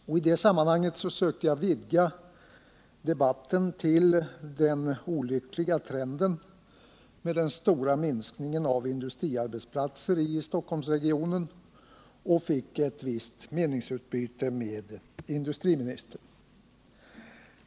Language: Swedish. Vid det tillfället sökte jag vidga debatten till att även gälla den olyckliga trenden mot en kraftig minskning av antalet arbetsplatser i Stockholmsregionen och fick ett visst meningsutbyte med industriministern.